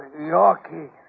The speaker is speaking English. Yorkie